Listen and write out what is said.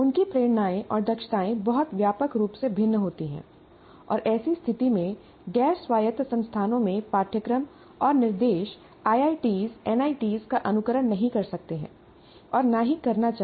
उनकी प्रेरणाएँ और दक्षताएँ बहुत व्यापक रूप से भिन्न होती हैं और ऐसी स्थिति में गैर स्वायत्त संस्थानों में पाठ्यक्रम और निर्देश आईआईटी IIT's एनआईटी का अनुकरण नहीं कर सकते हैं और न ही करना चाहिए